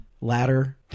ladder